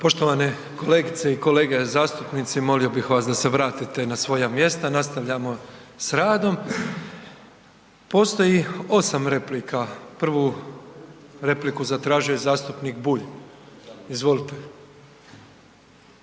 Poštovane kolegice i kolege zastupnici, molio bih vas da se vratite na svoja mjesta, nastavljamo s radom. Postoji 8 replika, prvu repliku zatražio je zastupnik Bulj, izvolite.